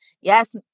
Yes